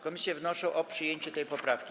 Komisje wnoszą o przyjęcie tej poprawki.